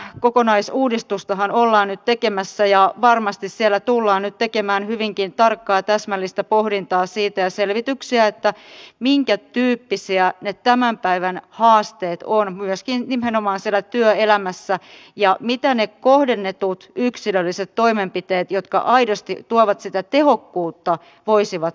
tätä kuntoutuksen kokonaisuudistustahan ollaan nyt tekemässä ja varmasti siellä tullaan nyt tekemään hyvinkin tarkkaa ja täsmällistä pohdintaa ja selvityksiä siitä minkä tyyppisiä ne tämän päivän haasteet ovat nimenomaan myöskin siellä työelämässä ja mitä ne kohdennetut yksilölliset toimenpiteet jotka aidosti tuovat sitä tehokkuutta voisivat olla